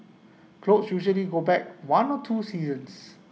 clothes usually go back one or two seasons